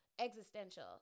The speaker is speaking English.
existential